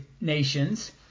nations